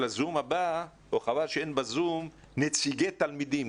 חבל שאין בזום נציגי תלמידים,